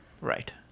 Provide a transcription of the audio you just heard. right